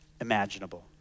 imaginable